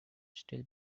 still